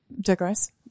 digress